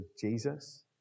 Jesus